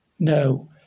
No